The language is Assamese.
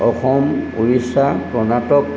অসম উৰিষ্যা কৰ্ণাটক